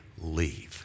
leave